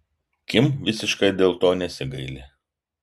kim visiškai dėl to nesigaili